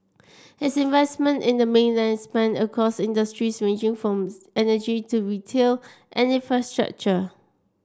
his investment in the mainland span across industries ranging from energy to retail and infrastructure